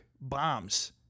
bombs